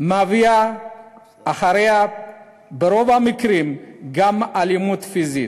מביאה אחריה ברוב המקרים גם אלימות פיזית,